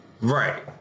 Right